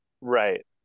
right